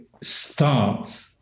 start